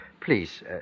Please